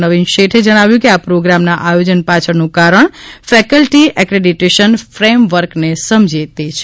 નવીન શેઠે જણાવ્યું કે આ પ્રોગ્રામના આયોજન પાછળનું કારણ ફેકલ્ટી એક્રેડિટેશન ફેમવર્કને સમજે તે છે